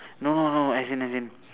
no no no as in as in